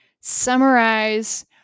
summarize